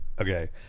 Okay